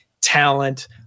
talent